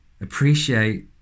Appreciate